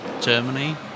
Germany